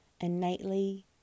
innately